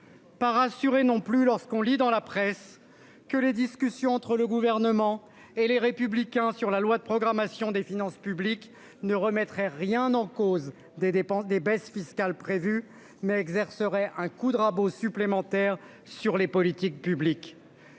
Pas rassurés non plus lorsqu'on lit dans la presse que les discussions entre le gouvernement et les républicains sur la loi de programmation des finances publiques ne remettrait rien en cause des dépenses des baisses fiscales prévues mais exercerait un coup de rabot supplémentaire sur les politiques publiques.